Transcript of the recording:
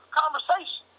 conversation